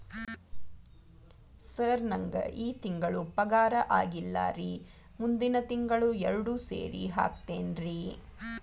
sir ನಂಗ ಈ ತಿಂಗಳು ಪಗಾರ ಆಗಿಲ್ಲಾರಿ ಮುಂದಿನ ತಿಂಗಳು ಎರಡು ಸೇರಿ ಹಾಕತೇನ್ರಿ